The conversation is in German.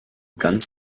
ganz